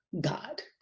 God